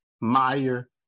Meyer